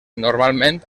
normalment